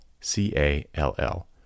C-A-L-L